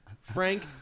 frank